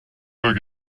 deux